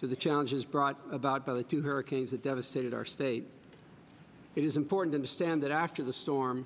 to the challenges brought about by the two hurricanes that devastated our state it is important to stand that after the storm